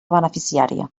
beneficiària